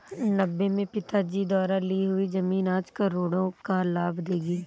नब्बे में पिताजी द्वारा ली हुई जमीन आज करोड़ों का लाभ देगी